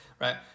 right